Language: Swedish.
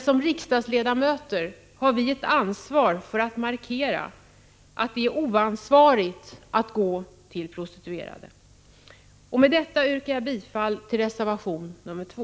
Som riksdagsledamöter har vi ett ansvar för att markera att det är oansvarigt att gå till prostituerade. Herr talman! Med detta yrkar jag bifall till reservation 2.